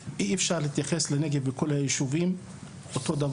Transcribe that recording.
אני תמיד העליתי את זה שאי אפשר להתייחס לכל הישובים בנגב אותו הדבר,